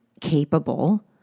capable